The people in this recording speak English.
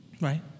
right